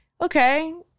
Okay